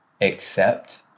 accept